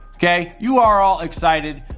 okay, you are all excited.